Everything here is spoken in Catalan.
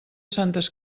santes